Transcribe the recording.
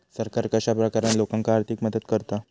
सरकार कश्या प्रकारान लोकांक आर्थिक मदत करता?